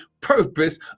purpose